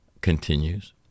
continues